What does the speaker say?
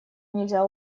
нельзя